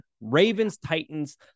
Ravens-Titans